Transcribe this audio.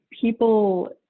people